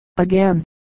Again